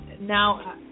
now